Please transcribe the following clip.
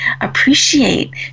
appreciate